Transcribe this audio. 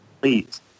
please